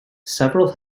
several